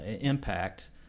impact